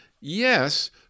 yes